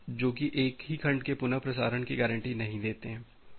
तो जो कि एक ही खंड के पुन प्रसारण की गारंटी नहीं देते हैं